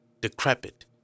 decrepit